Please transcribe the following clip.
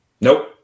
Nope